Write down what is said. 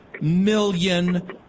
million